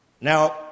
Now